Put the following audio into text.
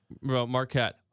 marquette